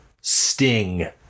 Sting